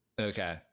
Okay